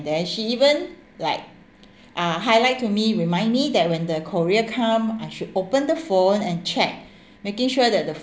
then she even like uh highlight to me remind me that when the courier come I should open the phone and check making sure that the